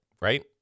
right